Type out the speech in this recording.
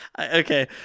Okay